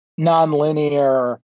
nonlinear